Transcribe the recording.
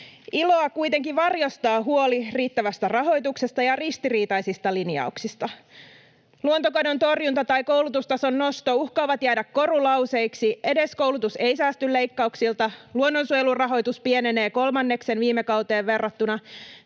Iloa kuitenkin varjostaa huoli riittämättömästä rahoituksesta ja ristiriitaisista linjauksista. Luontokadon torjunta tai koulutustason nosto uhkaavat jäädä korulauseiksi. Edes koulutus ei säästy leikkauksilta. Luonnonsuojelun rahoitus pienenee kolmanneksen viime kauteen verrattuna.